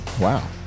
Wow